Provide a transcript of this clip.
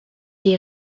die